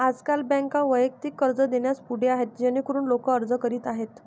आजकाल बँका वैयक्तिक कर्ज देण्यास पुढे आहेत जेणेकरून लोक अर्ज करीत आहेत